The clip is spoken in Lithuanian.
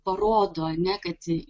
parodo ane kad